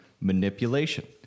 manipulation